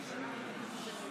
(22)